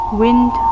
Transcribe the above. wind